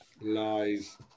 Lies